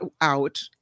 out